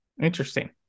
Interesting